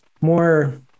more